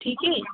ठीक है